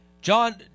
John